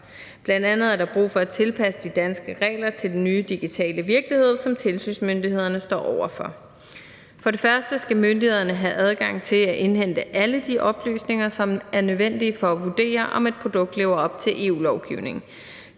Bl.a. er der brug for at tilpasse de danske regler til den nye digitale virkelighed, som tilsynsmyndighederne står over for. For det første skal myndighederne have adgang til at indhente alle de oplysninger, som er nødvendige for at vurdere, om et produkt lever op til EU-lovgivningen.